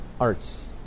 arts